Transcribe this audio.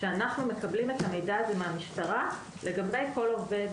שאנחנו מקבלים את המידע הזה מהמשטרה לגבי כל עובד